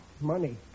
Money